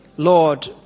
Lord